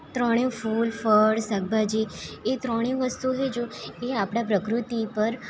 ત્રણેય ફૂલ ફળ શાકભાજી એ ત્રણેય વસ્તુથી જો એ આપણી પ્રકૃતિ પર